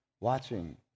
watching